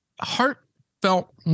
heartfelt